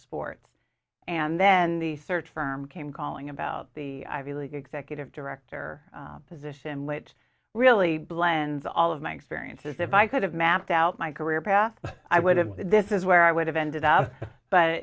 courts and then the search firm came calling about the ivy league executive director position which really blends all of my experiences if i could have mapped out my career path i would have this is where i would have ended up but